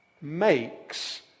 makes